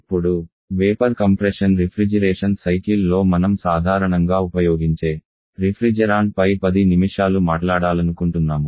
ఇప్పుడు vapour compression refrigeration సైకిల్లో మనం సాధారణంగా ఉపయోగించే రిఫ్రిజెరెంట్ పై 10 నిమిషాలు మాట్లాడాలనుకుంటున్నాము